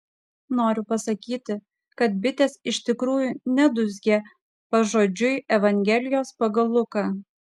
noriu pasakyti kad bitės iš tikrųjų nedūzgė pažodžiui evangelijos pagal luką